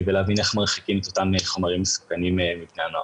ולהבין איך מרחיקים את אותם חומרים מסוכנים מבני הנוער.